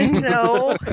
No